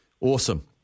Awesome